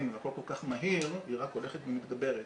והכול כל כך מהיר היא רק הולכת ומתגברת.